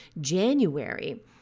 January